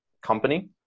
company